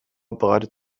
bereitet